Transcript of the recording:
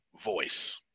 voice